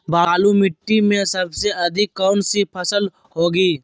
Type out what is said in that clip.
बालू मिट्टी में सबसे अधिक कौन सी फसल होगी?